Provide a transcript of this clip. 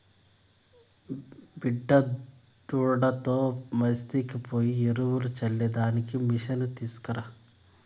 బిడ్డాదుడ్డుతో బస్తీకి పోయి ఎరువులు చల్లే దానికి మిసను తీస్కరా